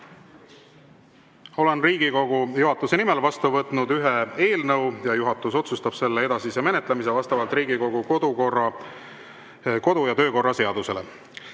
Olen Riigikogu juhatuse nimel vastu võtnud ühe eelnõu ja juhatus otsustab selle edasise menetlemise vastavalt Riigikogu kodu‑ ja töökorra seadusele. Ja